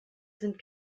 sind